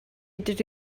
dydw